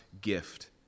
gift